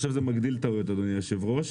אני חושב שזה מגדיל טעויות אדוני היו"ר.